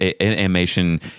animation